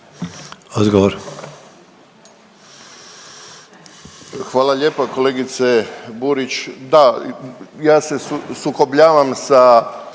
Odgovor.